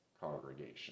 congregation